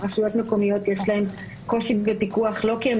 לרשויות מקומיות יש קושי בפיקוח לא כי הן